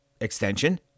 extension